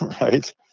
right